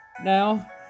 Now